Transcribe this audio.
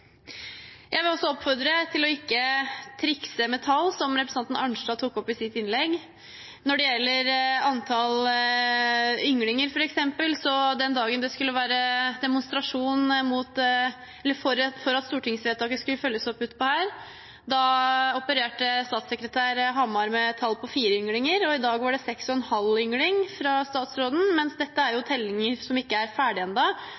Jeg vil også oppfordre til ikke å trikse med tall, som representanten Arnstad tok opp i sitt innlegg, f.eks. når det gjelder antall ynglinger. Den dagen det skulle være demonstrasjon utenfor her for at stortingsvedtaket skulle følges opp, opererte statssekretær Hamar med et tall på fire ynglinger. I dag var det 6,5 ynglinger fra statsråden. Dette er